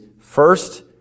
first